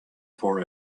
for